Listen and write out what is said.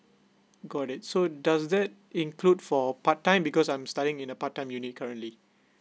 got it so does that include for part time because I'm studying in a part time uni currently